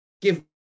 give